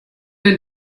denn